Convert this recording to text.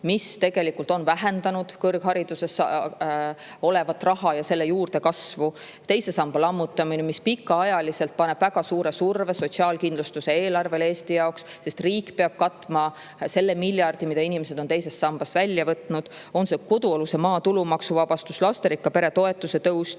mis tegelikult on vähendanud kõrghariduses raha ja selle juurdekasvu; teise samba lammutamine, mis pani Eestis pikaajaliselt väga suure surve sotsiaalkindlustuse eelarvele, sest riik peab katma selle miljardi, mille inimesed on teisest sambast välja võtnud; on see kodualuse maa maksuvabastus; lasterikka pere toetuse tõus